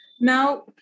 Now